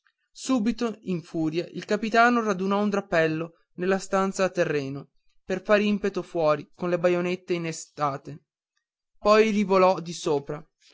subito in furia il capitano radunò un drappello nella stanza a terreno per far impeto fuori con le baionette inastate poi rivolò di sopra